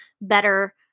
better